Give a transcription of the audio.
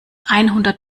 einhundert